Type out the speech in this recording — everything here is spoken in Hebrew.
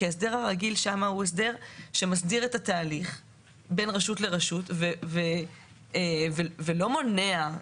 ההסדר הרגיל שם מסדיר את התהליך בין רשות לרשות ולא מונע,